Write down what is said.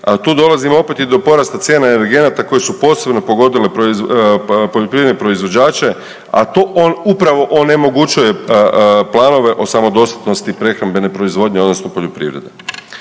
tu dolazimo opet i do porasta cijena energenata koje su posebno pogodile poljoprivredne proizvođače, a to on upravo onemogućuje planove o samodostatnosti prehrambene proizvodnje odnosno poljoprivrede.